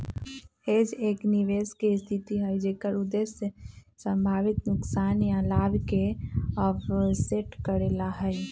hedge एक निवेश के स्थिति हई जेकर उद्देश्य संभावित नुकसान या लाभ के ऑफसेट करे ला हई